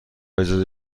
اجازه